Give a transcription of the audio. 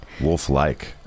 wolf-like